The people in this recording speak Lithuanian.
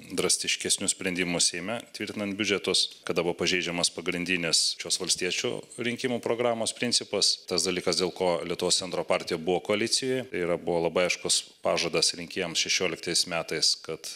drastiškesnius sprendimus seime tvirtinant biudžetus kada buvo pažeidžiamas pagrindinis šios valstiečių rinkimų programos principas tas dalykas dėl ko lietuvos centro partija buvo koalicijoje tai yra buvo labai aiškus pažadas rinkėjams šešioliktais metais kad